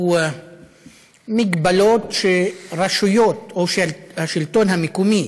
או הגבלות שהרשויות או השלטון המקומי